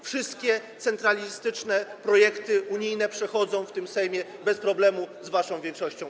Wszystkie centralistyczne projekty unijne przechodzą w tym Sejmie bez problemu, z waszą większością.